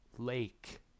Lake